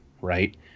right